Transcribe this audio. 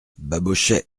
babochet